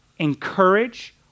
encourage